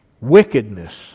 wickedness